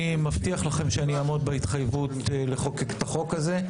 אני מבטיח לכם שאני אעמוד בהתחייבות לחוקק את החוק הזה.